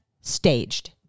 staged